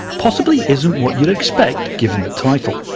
possibly isn't what you'd expect given the title.